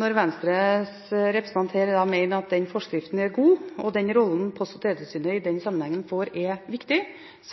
når Venstres representant mener at forskriften er god, og at den rollen Post- og teletilsynet får i den sammenheng, er viktig,